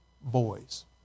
boys